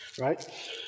right